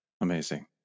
Amazing